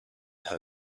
her